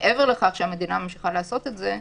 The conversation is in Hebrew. מעבר לכך שהמדינה ממשיכה לעשות את זה,